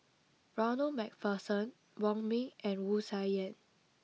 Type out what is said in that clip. Ronald MacPherson Wong Ming and Wu Tsai Yen